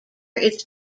its